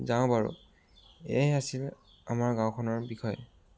যাওঁ বাৰু এয়াই আছিল আমাৰ গাঁওখনৰ বিষয়